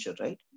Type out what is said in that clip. right